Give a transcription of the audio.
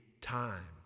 time